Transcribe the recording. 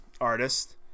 artist